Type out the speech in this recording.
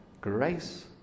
Grace